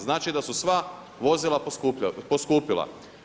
Znači da su sva vozila poskupila.